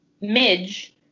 Midge